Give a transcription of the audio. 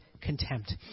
contempt